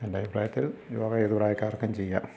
എൻ്റെ അഭിപ്രായത്തിൽ യോഗ ഏത് പ്രായക്കാർക്കും ചെയ്യാം